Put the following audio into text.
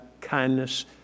kindness